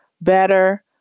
better